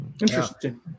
Interesting